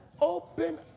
open